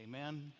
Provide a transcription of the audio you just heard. Amen